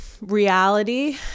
reality